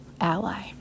ally